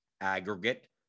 aggregate